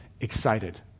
excited